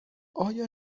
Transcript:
آیا